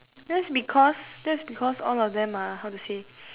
that's because that's because all of them are how to say